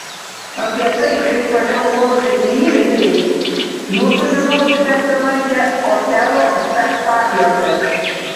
apie tai kaip toliau klostėsi įvykiai jūs sužinosite apsilankę otelo spektakliuose